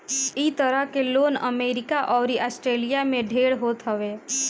इ तरह के लोन अमेरिका अउरी आस्ट्रेलिया में ढेर होत हवे